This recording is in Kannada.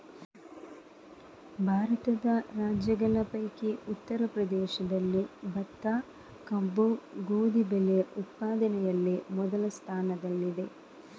ಭಾರತದ ರಾಜ್ಯಗಳ ಪೈಕಿ ಉತ್ತರ ಪ್ರದೇಶದಲ್ಲಿ ಭತ್ತ, ಕಬ್ಬು, ಗೋಧಿ ಬೆಳೆ ಉತ್ಪಾದನೆಯಲ್ಲಿ ಮೊದಲ ಸ್ಥಾನದಲ್ಲಿದೆ